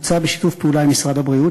בוצע בשיתוף פעולה עם משרד הבריאות,